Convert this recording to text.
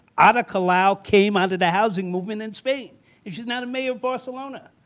ada colau came under the housing movement in spain and she's now a mayor of barcelona!